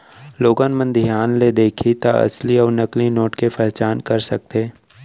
लोगन मन धियान ले देखही त असली अउ नकली नोट के पहचान कर सकथे